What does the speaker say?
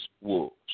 wolves